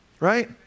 right